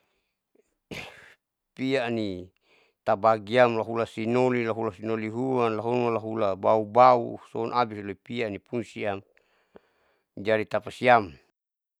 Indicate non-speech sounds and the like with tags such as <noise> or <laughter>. <hesitation> piani tabagiam lahula sinoli lahula sinolihuan, lahoma lahula baubau son abis loipia nipungsi am jadi retapasiam.